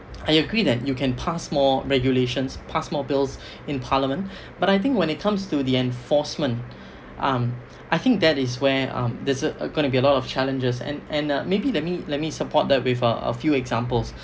I agree that you can pass more regulations pass more bills in parliament but I think when it comes to the enforcement um I think that is where uh there's um going to be a lot of challenges and and maybe let me let me support that with uh a few examples